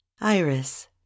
Iris